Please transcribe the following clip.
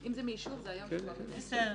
אם זה מהאישור, זה מיום שבו הכנסת --- מפרסום.